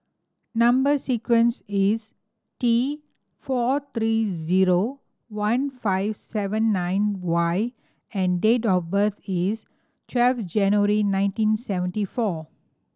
number sequence is T four three zero one five seven nine Y and date of birth is twelve January nineteen seventy four